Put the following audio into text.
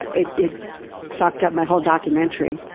ah it it fucked up my whole documentary.